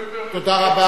תודה רבה.